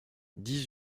dix